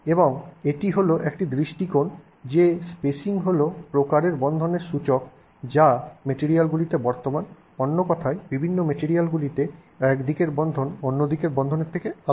এবং এটি হলো একটি দৃষ্টিকোণ যে স্পেসিং হল প্রকারের বন্ধনের সূচক যা মেটেরিয়ালগুলিতে বর্তমান অন্য কথায় বিভিন্ন মেটেরিয়ালগুলিতে এক দিকের বন্ধন অন্য দিকের বন্ধনের থেকে আলাদা